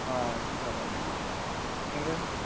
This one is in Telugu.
సరే అండి ఇంకా